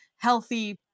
healthy